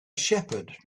shepherd